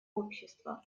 общество